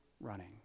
running